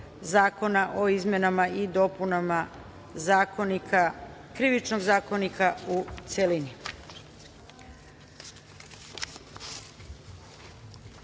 o izmenama i dopunama Krivičnog zakonika, u